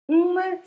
uma